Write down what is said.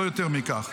לא יותר מכך.